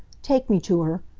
take me to her.